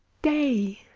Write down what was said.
day!